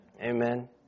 Amen